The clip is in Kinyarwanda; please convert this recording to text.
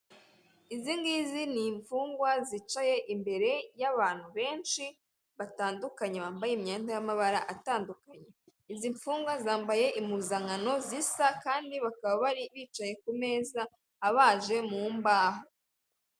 Izi ngizi ni imfungwa zicaye imbere y'abantu benshi, batandukanye bambaye imyenda y'amabara atandukanye. Izi mfungwa zambaye impuzankano zisa, kandi bakaba bari bicaye ku meza abaje mu mbaho.